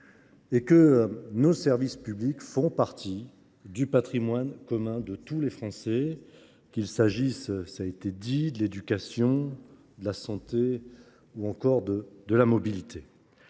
et que nos services publics font partie du patrimoine commun de tous les Français, qu’il s’agisse de l’éducation, de la santé ou encore de la mobilité.